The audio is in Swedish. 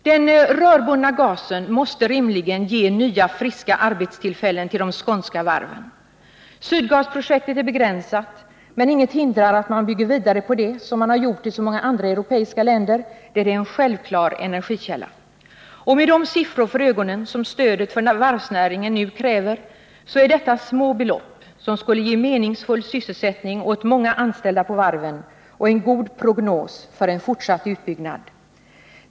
Den rörbundna gasen måste rimligen ge nya friska arbetstillfällen för de skånska varven. Sydgasprojektet är begränsat, men inget hindrar att man bygger vidare på det, såsom man har gjort i så många andra europeiska länder, där naturgasen är en självklar energikälla. I jämförelse med de siffror som nämnts i samband med det stöd som nu krävs för varvsnäringen är det här fråga om små belopp, som skulle ge meningsfull sysselsättning åt många anställda på varven och en god prognos för en fortsatt utbyggnad.